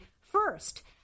first